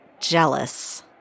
Jealous